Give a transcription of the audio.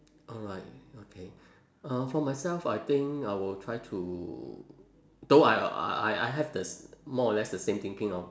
alright okay uh for myself I think I will try to though I I I have the s~ more or less the same thinking of